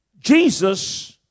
Jesus